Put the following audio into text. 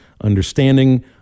understanding